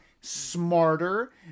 smarter